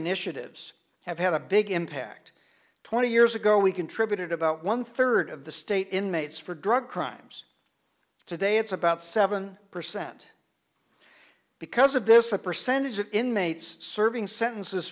initiatives have had a big impact twenty years ago we contributed about one third of the state inmates for drug crimes today it's about seven percent because of this the percentage of inmates serving sentences